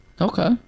Okay